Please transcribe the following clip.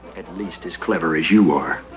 at least as clever as you are.